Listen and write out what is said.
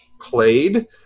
played